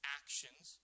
actions